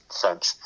French